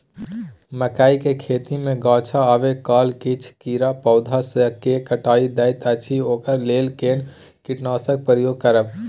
मकई के खेती मे गाछ आबै काल किछ कीरा पौधा स के काइट दैत अछि ओकरा लेल केना कीटनासक प्रयोग करब?